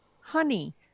honey